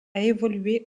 évolué